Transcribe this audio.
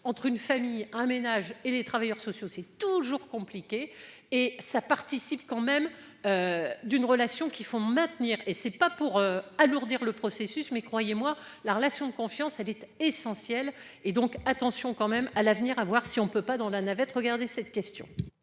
entre une famille un ménage et les travailleurs sociaux, c'est toujours compliqué et ça participe quand même. D'une relation qui font maintenir et c'est pas pour alourdir le processus mais croyez-moi, la relation de confiance elle l'essentiel et donc attention quand même à l'avenir à voir si on ne peut pas dans la navette regarder cette question.